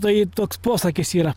tai ir toks posakis yra